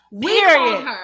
period